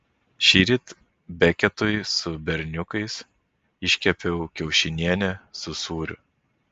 šįryt beketui su berniukais iškepiau kiaušinienę su sūriu